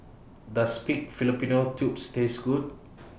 Does Pig Fallopian Tubes Taste Good